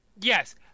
Yes